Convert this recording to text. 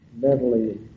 mentally